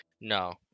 No